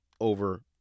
over